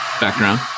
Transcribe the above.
background